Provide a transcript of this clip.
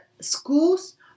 schools